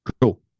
Cool